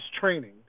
training